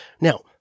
now